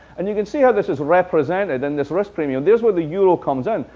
and you can see how this is represented in this risk premium. there's where the euro comes in.